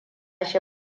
shi